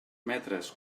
metres